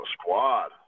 squad